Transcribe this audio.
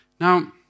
Now